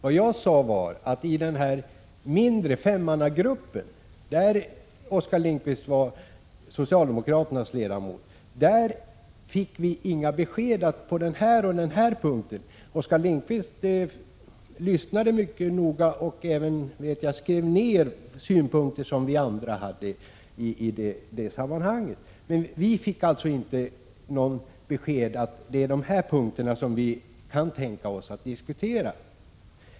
Vad jag däremot sade var att vi i denna femmannagruppi vilken Oskar Lindkvist var socialdemokraternas ledamot — inte fick några besked om vilka punkter man var villig att diskutera. Oskar Lindkvist lyssnade mycket noga och, vet jag, skrev även ned synpunkter som vi andra hade i det sammanhanget. Men vi fick alltså inte något besked om vilka punkter som socialdemokraterna kunde tänka sig att diskutera.